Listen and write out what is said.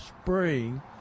spring